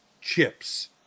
chips